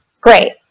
Great